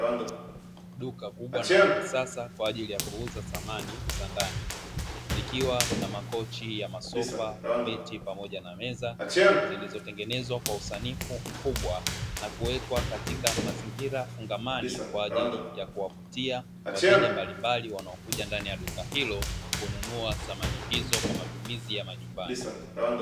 Duka kubwa na la kisasa kwa ajili ya kuuza samani za ndani, likiwa na makochi ya masofa, viti pamoja na meza zilizotengenezwa kwa usanifu mkubwa na kuwekwa katika mazingira fungamani. Kwa ajili ya kuwavutia wateja mbalimbali, wanaokuja ndani ya duka hilo kununua thamani hizo kwa matumizi ya majumbani.